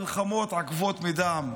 מלחמות עקובות מדם,